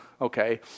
Okay